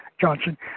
Johnson